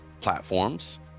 platforms